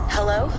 Hello